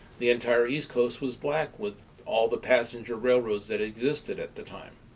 the entire east coast was black with all the passenger railroads that existed at the time.